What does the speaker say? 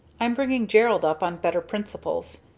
i'm bringing gerald up on better principles.